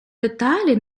деталі